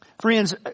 Friends